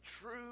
true